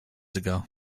ago